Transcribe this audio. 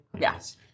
Yes